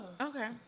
okay